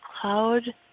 cloud